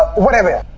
whatever!